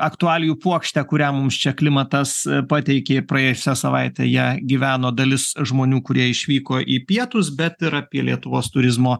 aktualijų puokštę kurią mums čia klimatas pateikė praėjusią savaitę ja gyveno dalis žmonių kurie išvyko į pietus bet ir apie lietuvos turizmo